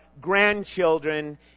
grandchildren